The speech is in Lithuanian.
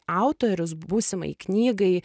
autorius būsimai knygai